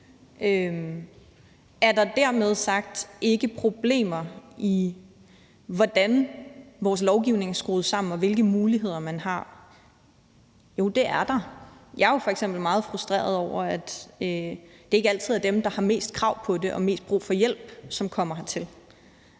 Er der dermed sagt ikke problemer i, hvordan vores lovgivning er skruet sammen, og hvilke muligheder man har? Jo, det er der. Jeg er jo f.eks. meget frustreret over, at det ikke altid er dem, der har mest krav på det og mest brug for hjælp, som kommer hertil.